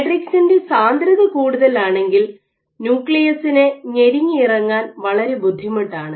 മാട്രിക്സിന്റെ സാന്ദ്രത കൂടുതലാണെങ്കിൽ ന്യൂക്ലിയസിന് ഞെരുങ്ങി ഇറങ്ങാൻ വളരെ ബുദ്ധിമുട്ടാണ്